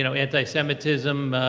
you know anti-semitism,